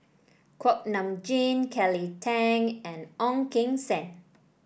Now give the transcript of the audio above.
Kuak Nam Jin Kelly Tang and Ong Keng Sen